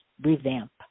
revamp